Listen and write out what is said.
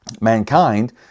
mankind